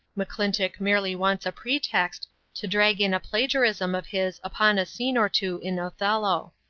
mcclintock merely wants a pretext to drag in a plagiarism of his upon a scene or two in othello.